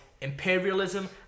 imperialism